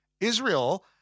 Israel